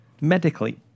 medically